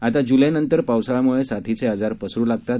आता जुलैनंतर पावसाळ्यामुळे साथीचे आजार पसरू लागतात